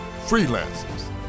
freelancers